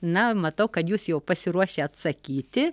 na matau kad jūs jau pasiruošę atsakyti